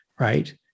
right